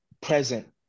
present